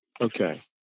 Okay